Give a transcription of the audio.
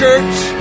Church